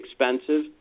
expensive